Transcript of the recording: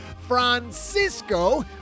Francisco